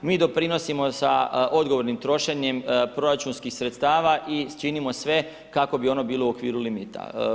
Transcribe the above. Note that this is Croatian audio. Mi doprinosimo sa odgovornim trošenjem proračunskih sredstava i činimo sve kako bi ono bilo u okviru limita.